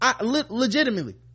Legitimately